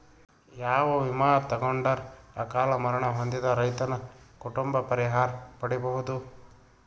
ಯಾವ ವಿಮಾ ತೊಗೊಂಡರ ಅಕಾಲ ಮರಣ ಹೊಂದಿದ ರೈತನ ಕುಟುಂಬ ಪರಿಹಾರ ಪಡಿಬಹುದು?